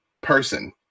person